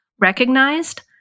recognized